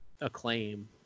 acclaim